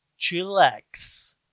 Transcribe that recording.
chillax